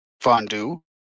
fondue